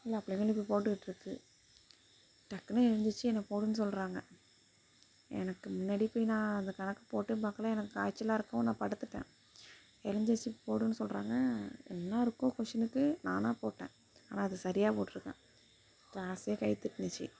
எல்லா பிள்ளைங்களும் போய் போட்டுக்கிட்டிருக்கு டக்குனு எந்திரிச்சு என்ன போடுன்னு சொல்கிறாங்க எனக்கு முன்னாடி போய் நான் அந்த கணக்கு போட்டும் பார்க்கல எனக்கு காய்ச்சலாக இருக்கவும் நான் படுத்துவிட்டேன் எழுந்திரிச்சு போடுன்னு சொல்கிறாங்க என்ன இருக்கோ கொஷினுக்கு நானாக போட்டேன் ஆனால் அது சரியாக போட்டிருக்கேன் க்ளாஸே கை தட்டுணுச்சு